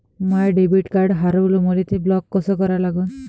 माय debit card हारवलं, मले ते ब्लॉक कस करा लागन?